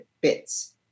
bits